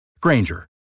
Granger